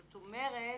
זאת אומרת,